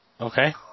Okay